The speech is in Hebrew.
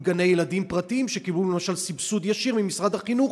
עם גני-ילדים פרטיים שקיבלו סבסוד ישיר ממשרד החינוך,